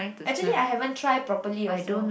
actually I haven't try properly also